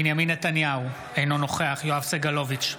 בנימין נתניהו, אינו נוכח יואב סגלוביץ'